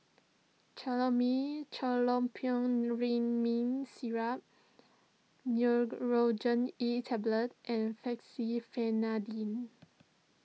Chlormine Syrup Nurogen E Tablet and Fexofenadine